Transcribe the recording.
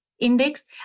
index